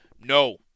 No